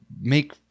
make